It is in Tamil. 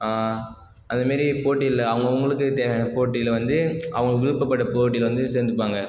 அது மாதிரி போட்டியில் அவங்கவுங்களுக்கு தேவையான போட்டியில் வந்து அவங்க விருப்பப்படுற போட்டியில் வந்து சேர்ந்துப்பாங்க